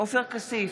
עופר כסיף,